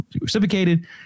reciprocated